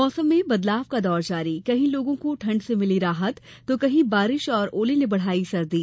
मौसम में बदलाव का दौर जारी कहीं लोगों को ठण्ड से मिली राहत तो कहीं बारिश और ओले ने बढ़ाई सर्दी